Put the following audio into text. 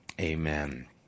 Amen